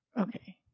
Okay